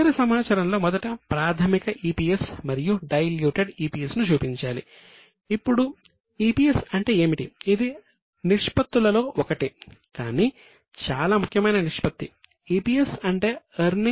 ఇతర సమాచారంలో మొదట ప్రాథమిక EPS మరియు డైల్యూటెడ్ EPS